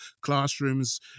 classrooms